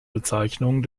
bezeichnung